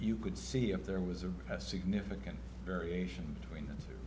you could see if there was a significant variation between the